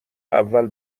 اول